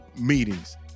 meetings